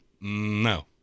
No